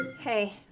Hey